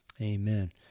Amen